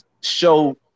show